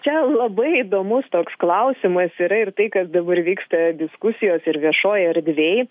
čia labai įdomus toks klausimas yra ir tai kad dabar vyksta diskusijos ir viešojoj erdvėj